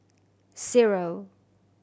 zero